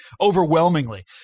overwhelmingly